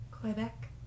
Quebec